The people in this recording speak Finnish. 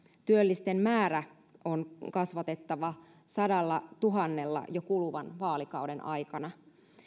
työllisten määrää on kasvatettava sadallatuhannella jo kuluvan vaalikauden aikana